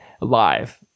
live